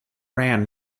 ran